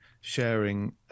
sharing